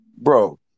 Bro